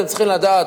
אתם צריכים לדעת,